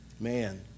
Man